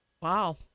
wow